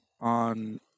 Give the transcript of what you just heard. on